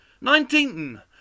Nineteen